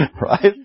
right